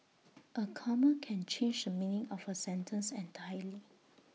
A comma can change the meaning of A sentence entirely